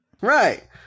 Right